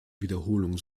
wiederholung